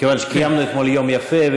מכיוון שקיימנו אתמול יום יפה,